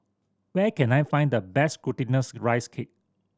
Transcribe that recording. where can I find the best Glutinous Rice Cake